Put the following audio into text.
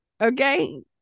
Okay